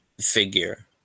figure